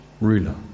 ruler